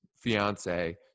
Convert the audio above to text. fiance